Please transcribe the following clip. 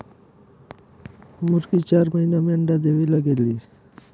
मुरगी चार महिना में अंडा देवे लगेले